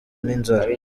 n’inzara